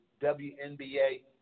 WNBA